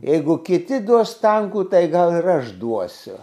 jeigu kiti duos tankų tai gal ir aš duosiu